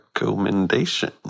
recommendation